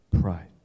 pride